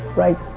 right,